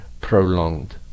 prolonged